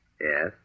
Yes